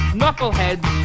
knuckleheads